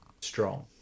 Strong